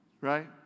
right